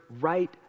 right